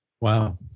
Wow